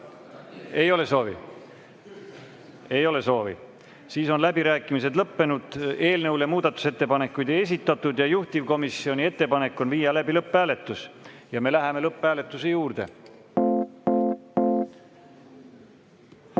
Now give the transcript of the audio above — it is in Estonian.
Ei ole soovi? Ei ole soovi. Siis on läbirääkimised lõppenud. Eelnõu kohta muudatusettepanekuid ei esitatud ja juhtivkomisjoni ettepanek on viia läbi lõpphääletus. Me läheme lõpphääletuse juurde. Austatud